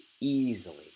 easily